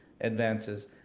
advances